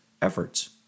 Efforts